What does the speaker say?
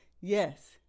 Yes